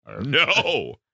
No